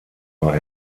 war